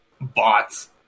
bots